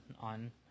on